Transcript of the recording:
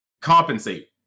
compensate